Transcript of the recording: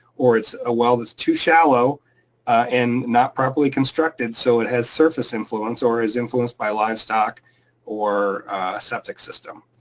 or it's a well that's too shallow and not properly constructed so it has surface influence or is influenced by livestock or a septic system.